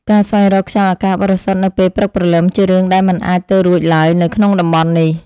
ការស្វែងរកខ្យល់អាកាសបរិសុទ្ធនៅពេលព្រឹកព្រលឹមជារឿងដែលមិនអាចទៅរួចឡើយនៅក្នុងតំបន់នេះ។